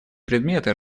предметы